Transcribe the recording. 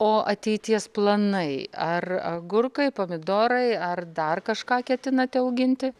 o ateities planai ar agurkai pomidorai ar dar kažką ketinate auginti